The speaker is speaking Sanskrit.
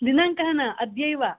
दिनाङ्कः न अद्यैव